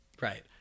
Right